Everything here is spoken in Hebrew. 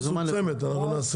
התנועה.